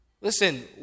Listen